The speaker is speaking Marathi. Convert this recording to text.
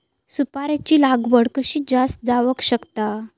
सुपारीची लागवड कशी जास्त जावक शकता?